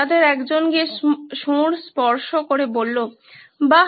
তাদের একজন গিয়ে শুঁড় স্পর্শ করে বলল বাহ